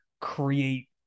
create